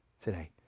today